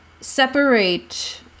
separate